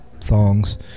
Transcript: thongs